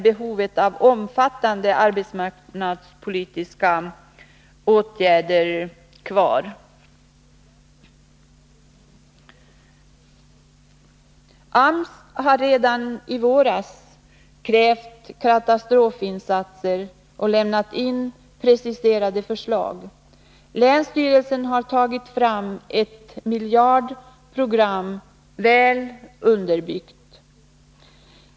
Behovet av omfattande arbetsmarknadspolitiska åtgärder kvarstår alltså. AMS har redan i våras krävt katastrofinsatser och lämnat in preciserade förslag. Länsstyrelsen har tagit fram ett miljardprogram — väl underbyggt.